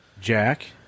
jack